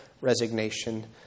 resignation